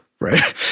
right